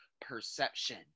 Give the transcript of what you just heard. perception